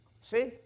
See